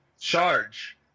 charge